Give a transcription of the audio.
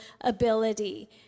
ability